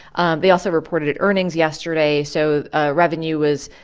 and they also reported earnings yesterday. so revenue was,